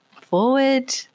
forward